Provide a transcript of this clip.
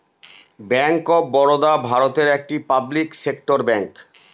bank of Baroda ভারতের একটি public sector bank